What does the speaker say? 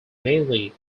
mainly